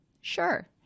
Sure